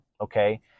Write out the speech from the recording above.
okay